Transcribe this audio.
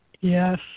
Yes